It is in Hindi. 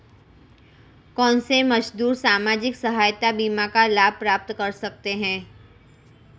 कौनसे मजदूर सामाजिक सहायता बीमा का लाभ प्राप्त कर सकते हैं?